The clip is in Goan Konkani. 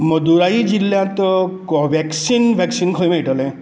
मदुराई जिल्ल्यांत कोव्हॅक्सिन व्हॅक्सिन खंय मेळटले